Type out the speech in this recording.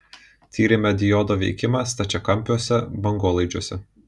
tyrėme diodo veikimą stačiakampiuose bangolaidžiuose